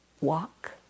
walk